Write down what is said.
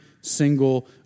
single